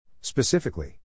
Specifically